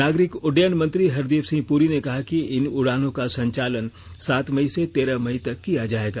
नागरिक उड्डयन मंत्री हरदीप सिंह पुरी ने कहा कि इन उड़ानों का संचालन सात मई से तेरह मई तक किया जायेगा